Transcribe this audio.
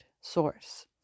source